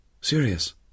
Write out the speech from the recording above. Serious